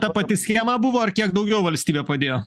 ta pati schema buvo ar kiek daugiau valstybė padėjo